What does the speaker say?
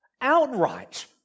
outright